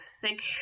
thick